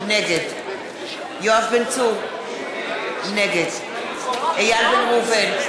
נגד יואב בן צור, נגד איל בן ראובן,